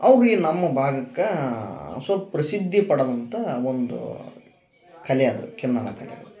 ಅವು ಏನು ನಮ್ಮ ಭಾಗಕ್ಕಾ ಸುಪ್ರಸಿದ್ದಿ ಪಡದಂಥಾ ಒಂದು ಕಲೆ ಅದು ಕಿನ್ನಾಳ ಕಲೆ